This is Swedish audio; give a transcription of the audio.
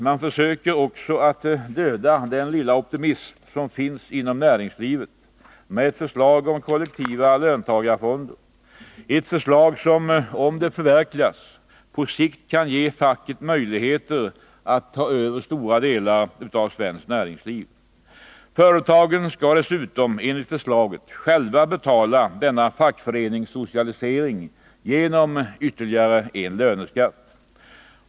Man försöker också döda den lilla optimism som finns inom näringslivet med ett förslag om kollektiva löntagarfonder, ett förslag som — om det förverkligas — på sikt kan ge facket möjligheter att ta över stora delar av svenskt näringsliv. Företagen skall dessutom enligt förslaget själva betala denna fackföreningssocialisering genom ytterligare en löneskatt.